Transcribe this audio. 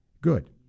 good